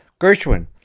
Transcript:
Gershwin